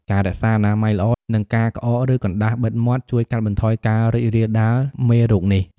ការរក្សាអនាម័យល្អ និងការក្អក ឬកណ្តាស់បិទមាត់ ជួយកាត់បន្ថយការរីករាលដាលមេរោគនេះ។